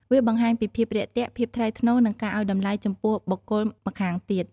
វាបង្ហាញពីភាពរាក់ទាក់ ភាពថ្លៃថ្នូរ និងការឲ្យតម្លៃចំពោះបុគ្គលម្ខាងទៀត។